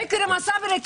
אכרם א-סברי,